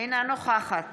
אינה נוכחת